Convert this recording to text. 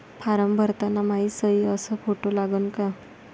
Form भरताना मायी सयी अस फोटो लागन का?